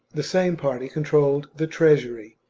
the same party controlled the treasury,